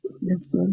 Yes